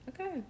Okay